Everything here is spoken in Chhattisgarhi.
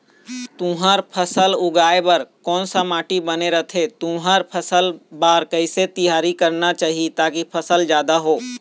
तुंहर फसल उगाए बार कोन सा माटी बने रथे तुंहर फसल बार कैसे तियारी करना चाही ताकि फसल जादा हो?